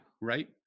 Right